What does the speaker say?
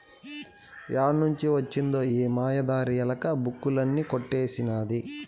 ఏడ్నుంచి వొచ్చినదో ఈ మాయదారి ఎలక, బుక్కులన్నీ కొట్టేసినాది